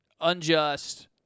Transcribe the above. unjust